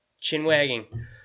chin-wagging